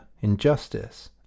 injustice